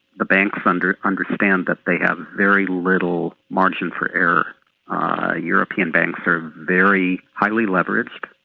the banks and understand that they have very little margin for error european banks are very highly leveraged,